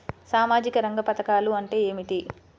సామాజిక రంగ పధకాలు అంటే ఏమిటీ?